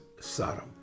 Sodom